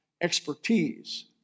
expertise